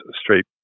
straight